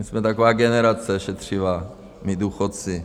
My jsme taková generace šetřivá, my důchodci.